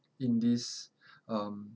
in this um